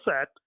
set